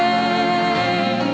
and